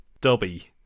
dobby